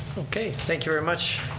okay, thank you very much,